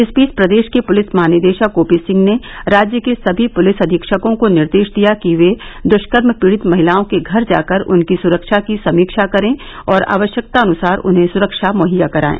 इस बीच प्रदेश के पूलिस महानिदेशक ओपी सिंह ने राज्य के समी पूलिस अधीक्षकों को निर्देश दिया कि वे दक्कर्म पीड़ित महिलाओं के घर जाकर उनकी सुरक्षा की समीक्षा करें और आवश्यकतानुसार उन्हें सुरक्षा मुहैया करायें